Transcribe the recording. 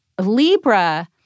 Libra